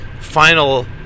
final